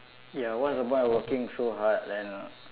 ya what's the point of working so hard then